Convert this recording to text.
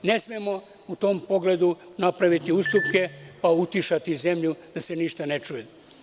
Ne smemo u tom pogledu napraviti ustupke, pa utišati zemlju da se ništa ne čuje.